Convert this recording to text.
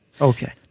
Okay